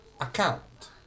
account